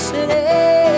City